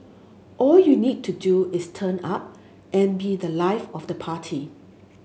all you need to do is turn up and be the life of the party